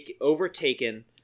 overtaken